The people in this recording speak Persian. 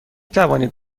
توانید